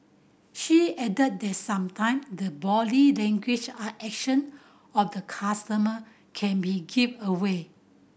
she added that sometime the body language and action of the customer can be giveaway